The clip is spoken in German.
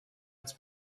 als